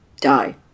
die